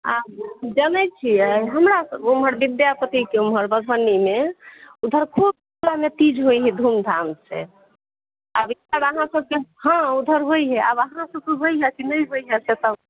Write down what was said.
जनै छियै हमरा सब उम्हर विद्यापतिके उम्हर मधुबनीमे उधर खुब तीज होइ हे धुमधाम से आब इधर अहाँ सभकेँ हँ उधर होइ हे आब अहाँ सभकेँ होइए कि नहि होइए से तऽ